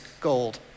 gold